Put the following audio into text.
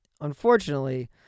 unfortunately